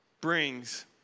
brings